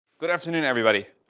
good afternoon everybody.